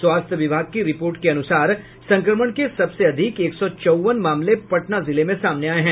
स्वास्थ्य विभाग की रिपोर्ट के अनुसार संक्रमण के सबसे अधिक एक सौ चौवन मामले पटना जिले में सामने आये हैं